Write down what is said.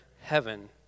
heaven